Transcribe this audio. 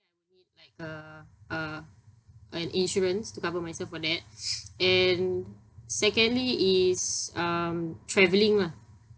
definitely like uh uh an insurance to cover myself for that and secondly is um travelling lah